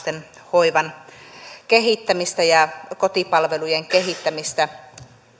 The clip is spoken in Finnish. vanhustenhoivan kehittämistä ja kotipalvelujen kehittämistä